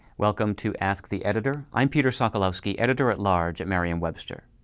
welcome to ask the editor, i'm peter sokolowski, editor at-large at merriam-webster.